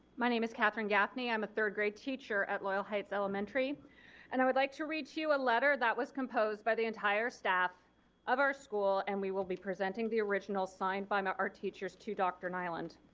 my name is katherine gaffney, i'm a third grade teacher at loyal heights elementary and i would like to read you a letter that was composed by the entire staff of our school and we will be presenting the original signed by our teachers to dr. nyland.